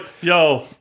yo